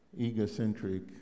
egocentric